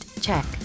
check